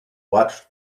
watch